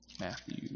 Matthew